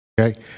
Okay